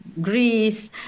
Greece